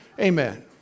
Amen